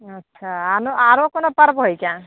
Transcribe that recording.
अच्छा आनो आरो कोनो पर्ब होइत छै